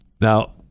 now